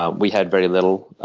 ah we had very little.